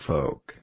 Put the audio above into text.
Folk